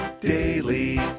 daily